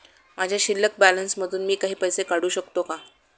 माझ्या शिल्लक बॅलन्स मधून मी काही पैसे काढू शकतो का?